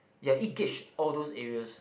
ya it gauge all those area